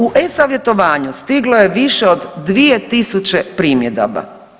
U e-savjetovanju stiglo je više od 2.000 primjedaba.